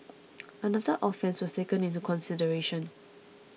another offence was taken into consideration